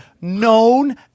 known